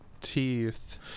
teeth